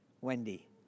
Wendy